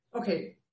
okay